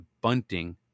bunting